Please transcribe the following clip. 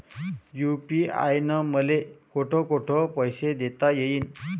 UPI न मले कोठ कोठ पैसे देता येईन?